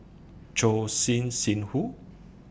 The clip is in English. Choor Singh Sidhu